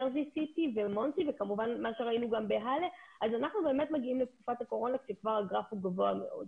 אנחנו באמת מגיעים לתקופת הקורונה כשהגרף כבר גבוה מאוד.